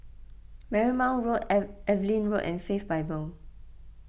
Marymount Road Evelyn Road and Faith Bible